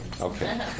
Okay